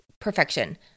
perfection